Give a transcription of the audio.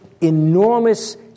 enormous